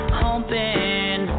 humping